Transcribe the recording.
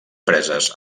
preses